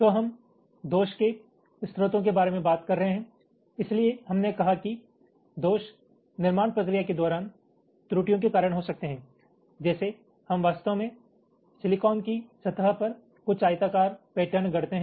तो हम दोष के स्रोतों के बारे में बात कर रहे हैं इसलिए हमने कहा कि दोष निर्माण प्रक्रिया के दौरान त्रुटियों के कारण हो सकते हैं जैसे हम वास्तव में सिलिकॉन की सतह पर कुछ आयताकार पैटर्न गढ़ते हैं